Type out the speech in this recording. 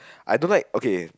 I don't like okay